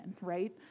right